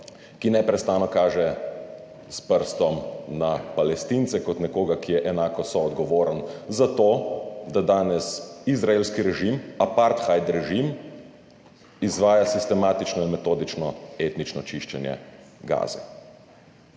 ki neprestano kaže s prstom na Palestince, kot nekoga, ki je enako soodgovoren za to, da danes izraelski režim, apartheidni režim, izvaja sistematično in metodično etnično čiščenje Gaze.